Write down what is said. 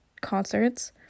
concerts